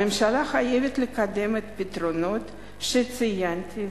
הממשלה חייבת לקדם את הפתרונות שציינתי,